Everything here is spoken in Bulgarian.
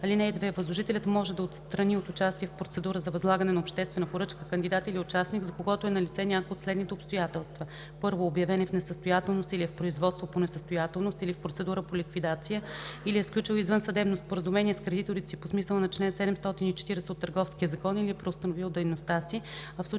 (2) Възложителят може да отстрани от участие в процедура за възлагане на обществена поръчка кандидат или участник, за когото е налице някое от следните обстоятелства: 1. обявен е в несъстоятелност или е в производство по несъстоятелност или в процедура по ликвидация или е сключил извънсъдебно споразумение с кредиторите си по смисъла на чл. 740 от Търговския закон, или е преустановил дейността си,